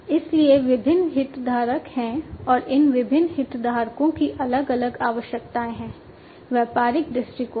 इसलिए विभिन्न हितधारक हैं और इन विभिन्न हितधारकों की अलग अलग आवश्यकताएं हैं व्यापारिक दृष्टिकोण से